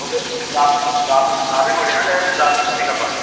okay okay dropping ఒకటేనా లేదంటే డ్రాపింగ్తో పికపా